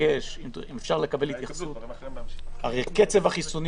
אבקש אם אפשר לקבל התייחסות הרי קצב החיסונים